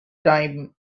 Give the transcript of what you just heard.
time